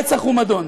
רצח ומדון.